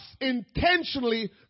intentionally